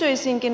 kysyisinkin